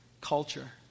culture